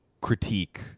critique